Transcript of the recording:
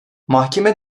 mahkeme